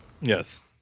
Yes